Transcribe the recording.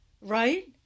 right